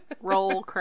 Roll